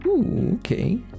Okay